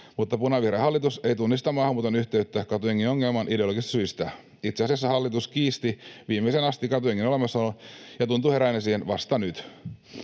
mutta punavihreä hallitus ei tunnista maahanmuuton yhteyttä katujengiongelmaan ideologisista syistä. Itse asiassa hallitus kiisti viimeiseen asti katujengien olemassaolon ja tuntuu heränneen siihen vasta nyt.